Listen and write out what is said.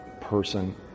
person